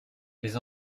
les